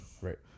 Right